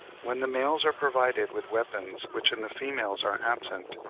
when the males are provided with weapons which in the females are absent,